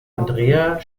andrea